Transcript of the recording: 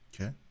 Okay